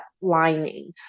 lining